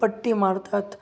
पट्टी मारतात